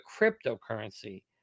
cryptocurrency